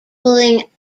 pulling